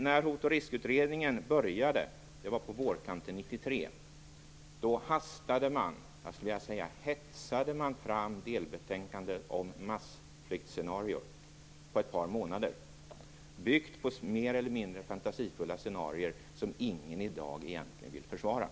När Hot och riskutredningen började, på våren 1993, hetsade man fram delbetänkanden om massflyktsscenarion på ett par månader, byggt på mer eller mindre fantasifulla scenarion, som ingen i dag egentligen vill försvara.